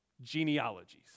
genealogies